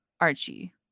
Archie